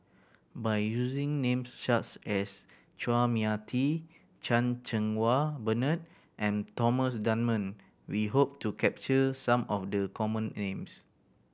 by using names such as Chua Mia Tee Chan Cheng Wah Bernard and Thomas Dunman we hope to capture some of the common names